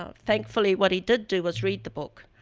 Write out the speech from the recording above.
ah thankfully, what he did do was read the book.